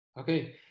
Okay